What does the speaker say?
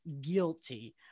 guilty